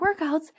workouts